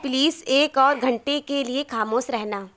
place ایک اور گھنٹے کے لیے خاموش رہنا